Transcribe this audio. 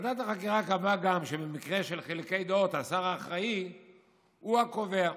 ועדת החקירה קבעה גם שבמקרה של חילוקי דעות השר האחראי הוא הקובע,